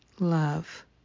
love